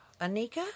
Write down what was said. anika